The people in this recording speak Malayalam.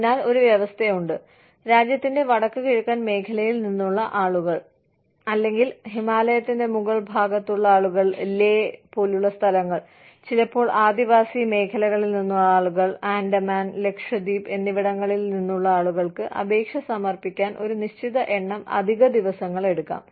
അതിനാൽ ഒരു വ്യവസ്ഥയുണ്ട് രാജ്യത്തിന്റെ വടക്ക് കിഴക്കൻ മേഖലയിൽ നിന്നുള്ള ആളുകൾ ലേ അല്ലെങ്കിൽ ഹിമാലയത്തിന്റെ മുകൾ ഭാഗത്തുള്ള ആളുകൾ ചിലപ്പോൾ ആദിവാസി മേഖലകളിൽ നിന്നുള്ള ആളുകൾ ആൻഡമാൻ ലക്ഷദ്വീപ് എന്നിവിടങ്ങളിൽ നിന്നുള്ള ആളുകൾക്ക് അപേക്ഷ സമർപ്പിക്കാൻ ഒരു നിശ്ചിത എണ്ണം അധിക ദിവസങ്ങൾ എടുക്കാം